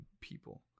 people